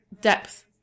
Depth